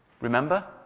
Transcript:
Remember